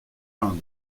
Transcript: l’inde